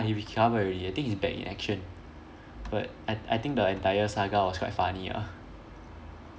he recovered already I think he's back in action but I I think the entire saga was quite funny ah